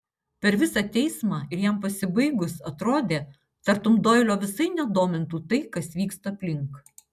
per visą teismą ir jam pasibaigus atrodė tartum doilio visai nedomintų tai kas vyksta aplink